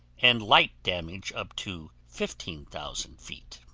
and light damage up to fifteen thousand feet.